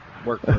Work